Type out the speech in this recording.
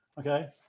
Okay